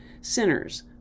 sinners